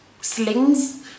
slings